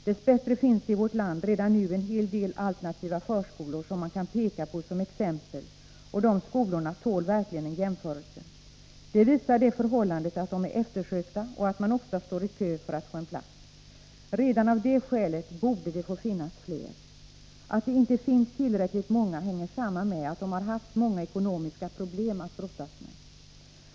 Dess bättre finns det i vårt land redan nu en hel del alternativa förskolor som man kan peka på som exempel, och de skolorna tål verkligen en jämförelse. Det visar det förhållandet att de är eftersökta och att man ofta står i kö för att få en plats. Redan av det skälet borde det få finnas fler. Att det inte finns tillräckligt många hänger samman med att de har haft många ekonomiska problem att brottas med.